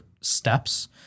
steps